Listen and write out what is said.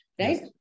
right